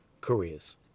careers